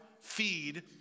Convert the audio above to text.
feed